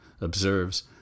observes